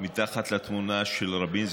מתחת לתמונה של רבין,